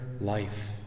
life